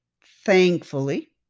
thankfully